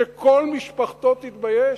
שכל משפחתו תתבייש?